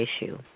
issue